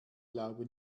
glaube